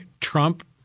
Trump